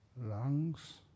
lungs